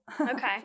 Okay